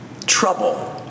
trouble